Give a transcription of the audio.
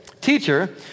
teacher